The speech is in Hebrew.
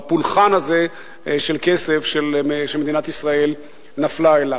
בפולחן הזה של כסף שמדינת ישראל נפלה אליו.